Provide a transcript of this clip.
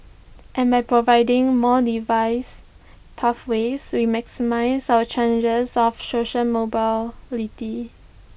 and by providing more device pathways we maximise our challenges of social mobility